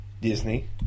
Disney